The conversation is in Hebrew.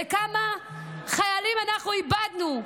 וכמה חיילים אנחנו איבדנו.